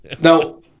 Now